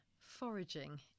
foraging